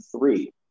three